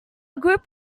group